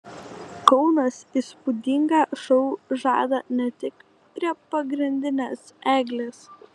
kaunas įspūdingą šou žada ne tik prie pagrindinės eglės